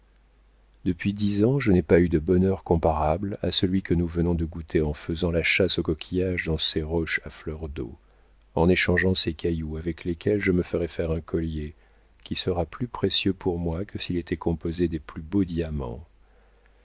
depuis dix ans je n'ai pas eu de bonheur comparable à celui que nous venons de goûter en faisant la chasse aux coquillages dans ces roches à fleur d'eau en échangeant ces cailloux avec lesquels je me ferai faire un collier qui sera plus précieux pour moi que s'il était composé des plus beaux diamants